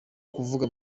kuvuga